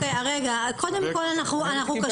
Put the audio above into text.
רגע, קודם כל אנחנו קשובים.